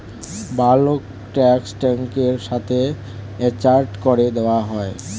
bulk tank ট্র্যাক্টরের সাথে attach করে দেওয়া হয়